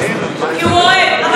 כי הוא אוהד.